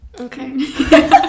Okay